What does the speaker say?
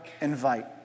invite